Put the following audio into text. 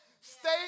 stay